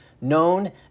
known